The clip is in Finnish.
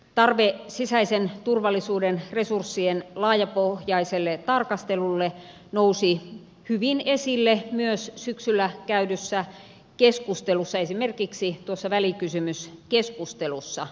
tarve sisäisen turvallisuuden resurssien laajapohjaiselle tarkastelulle nousi hyvin esille myös syksyllä käydyssä keskustelussa esimerkiksi tuossa välikysymyskeskustelussa